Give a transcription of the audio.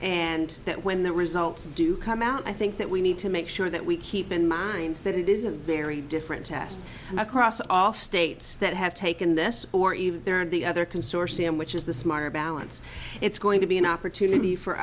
and that when the results do come out i think that we need to make sure that we keep in mind that it is a very different test across all states that have taken this or even the other consortium which is the smarter balance it's going to be an opportunity for